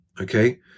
okay